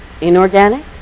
inorganic